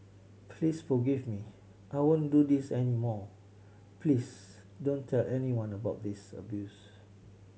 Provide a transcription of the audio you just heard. please forgive me I won't do this any more please don't tell anyone about this abuse